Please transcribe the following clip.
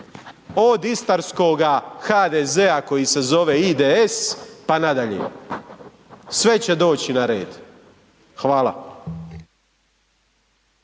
od Istarskoga HDZ-a koji se zove IDS pa nadalje. Sve će doći na red. Hvala.